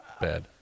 bad